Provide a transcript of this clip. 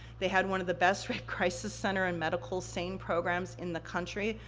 they had one of the best crisis center and medical sane programs in the country,